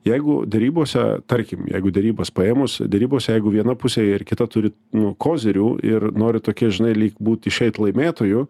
jeigu derybose tarkim jeigu derybas paėmus derybos jeigu viena pusė ir kita turi kozirių ir nori tokie žinai lyg būt išeit laimėtoju